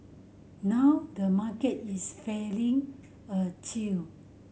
now the market is feeling a chill